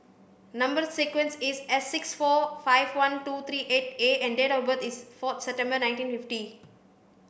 number sequence is S six four five one two three eight A and date of birth is four September nineteen fifty